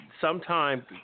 sometime